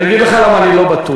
אני אגיד לך למה אני לא בטוח,